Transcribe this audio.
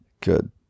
Good